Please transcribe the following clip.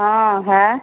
हाँ है